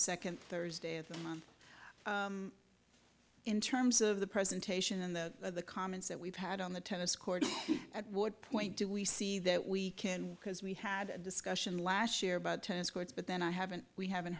second thursday of the month in terms of the presentation and the comments that we've had on the tennis court at what point do we see that we can because we had a discussion last year about tennis courts but then i haven't we haven't